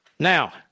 Now